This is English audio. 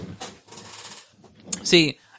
See